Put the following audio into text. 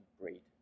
great